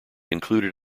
included